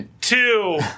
two